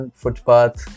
footpath